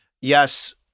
Yes